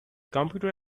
computer